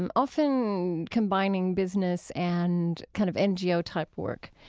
and often combining business and kind of ngo-type work,